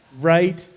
right